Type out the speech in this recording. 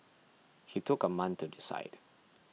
he took a month to decide